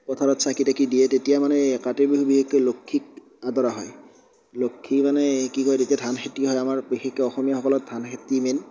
পথাৰত চাকি তাকি দিয়ে তেতিয়া মানে কাতি বিহু বিশেষকৈ লক্ষীক আদৰা হয় লক্ষী মানে কি কয় যেতিয়া ধান খেতি হয় আমাৰ বিশেষকৈ অসমীয়াসকলৰ ধান খেতি মেইন